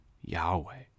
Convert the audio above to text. Yahweh